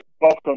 welcome